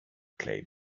clay